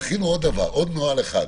תכינו עוד דבר, עוד נוהל אחד.